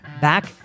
Back